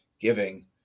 giving